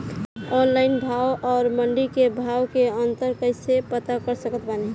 Online भाव आउर मंडी के भाव मे अंतर कैसे पता कर सकत बानी?